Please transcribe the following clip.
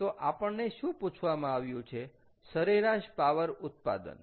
તો આપણને શું પૂછવામાં આવ્યું છે સરેરાશ પાવર ઉત્પાદન